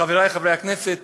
חברי חברי הכנסת